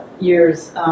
years